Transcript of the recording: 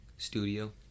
Studio